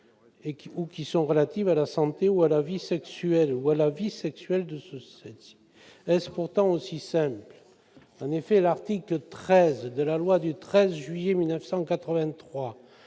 ou qui sont relatives à la santé ou à la vie sexuelle de celles-ci. » Est-ce pourtant aussi simple ? L'article 13 de la loi du 13 juillet 1983